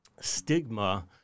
stigma